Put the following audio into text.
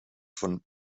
von